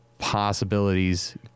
possibilities